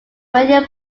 radio